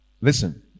listen